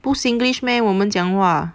不 Singlish meh 我们讲话